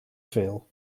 veel